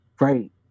Right